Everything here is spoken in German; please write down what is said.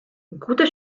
guter